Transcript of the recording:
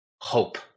hope